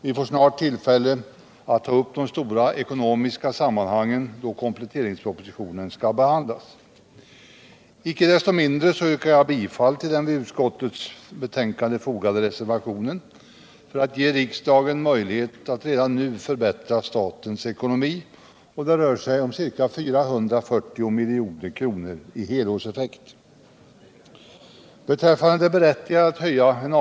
Vi får snart tillfälle att diskutera de stora ekonomiska sammanhangen, då kompletteringspropositionen skall behandlas. Icke desto mindre yrkar jag bifall till den vid utskottets betänkande fogade reservationen för att ge riksdagen möjlighet att redan nu förbättra statens ekonomi. Det rör sig om ca 440 milj.kr. i helårseffekt. Om det berättigade i att höja er.